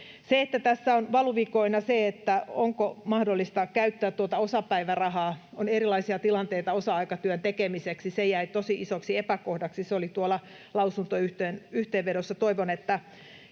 Se, että tässä on valuvikoina se, onko mahdollista käyttää osapäivärahaa — on erilaisia tilanteita osa-aikatyön tekemiseksi — jäi tosi isoksi epäkohdaksi. Se oli tuolla lausuntoyhteenvedossa. Toivon, että